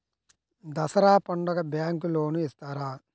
దసరా పండుగ bank loan ఇస్తారా?